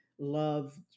Love